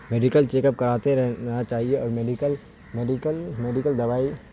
medical check up کراتے رہنا چاہیے اور میڈیکل میڈیکل میڈیکل دوائی